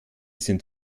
sind